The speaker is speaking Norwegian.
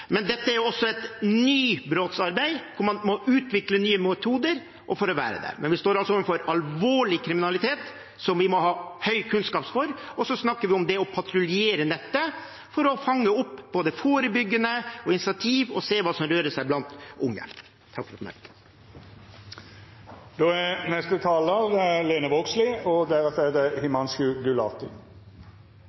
Men dette er et nybrottsarbeid, hvor man må utvikle nye metoder for å være der. Vi står overfor alvorlig kriminalitet, som vi må ha høy kunnskap om, og vi snakker om det å patruljere nettet for å fange opp ting, både gjennom forebyggende initiativ og ved å se hva som rører seg blant unge. Det er, som representanten Enger Mehl frå Senterpartiet nemnde, avdekt fleire alvorlege episodar knytt til informasjonstryggleik den siste tida. Både Helse Sør-Aust-saka og